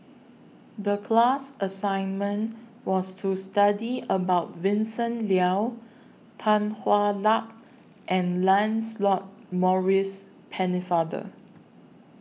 The class assignment was to study about Vincent Leow Tan Hwa Luck and Lancelot Maurice Pennefather